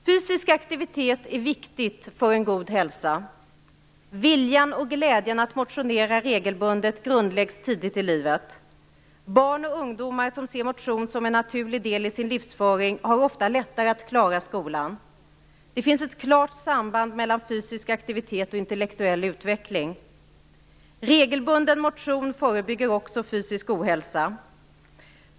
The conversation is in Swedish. Fysisk aktivitet är viktig för en god hälsa. Viljan och glädjen att motionera regelbundet grundläggs tidigt i livet. Barn och ungdomar som ser motion som en naturlig del i sin livsföring har ofta lättare att klara skolan. Det finns ett klart samband mellan fysisk aktivitet och intellektuell utveckling. Regelbunden motion förebygger också fysisk ohälsa.